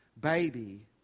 baby